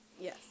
Yes